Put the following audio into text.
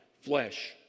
flesh